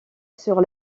sur